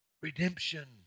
redemption